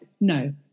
no